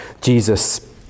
Jesus